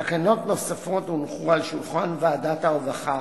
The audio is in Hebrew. תקנות נוספות הונחו על שולחן ועדת הרווחה